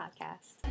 podcast